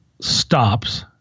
stops